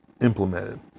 implemented